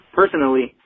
personally